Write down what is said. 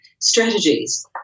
Strategies